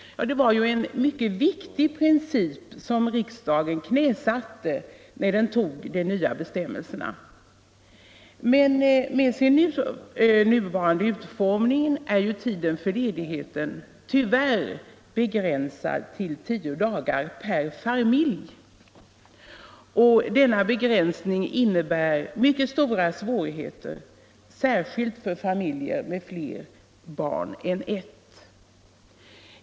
Det var en mycket viktig princip som riksdagen knäsatte när den antog de nya bestämmelserna. Med sin nuvarande utformning är tiden för ledigheten tyvärr begränsad till tio dagar per familj. Denna begränsning innebär mycket stora svårigheter, särskilt för familjer med fler barn än ett.